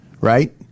right